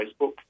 Facebook